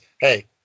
hey